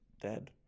dead